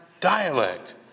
dialect